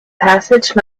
passage